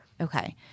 Okay